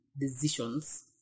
decisions